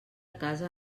casa